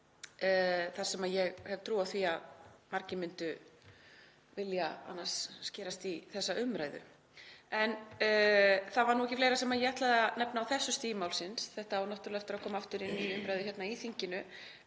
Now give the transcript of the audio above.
þar sem ég hef trú á því að margir myndu vilja annars skerast í leikinn í þessari umræðu. Það var ekki fleira sem ég ætlaði að nefna á þessu stigi málsins. Þetta á náttúrlega eftir að koma aftur til umræðu í þinginu.